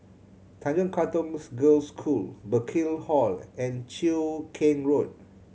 Tanjong Katong Girls' School Burkill Hall and Cheow Keng Road